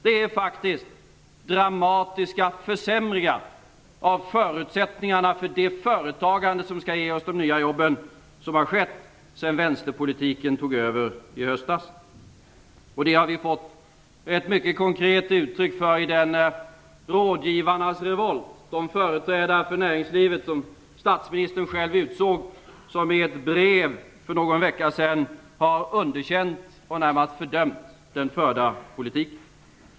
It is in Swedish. Det är faktiskt dramatiska försämringar av förutsättningarna för det företagande som skall ge oss de nya jobben som har skett sedan vänsterpolitiken tog över i höstas. Vi har fått se konkreta uttryck för detta i rådgivarnas revolt: De företrädare för näringslivet som statsministern själv utsåg underkände och närmast fördömde i ett brev för någon vecka sedan den förda politiken.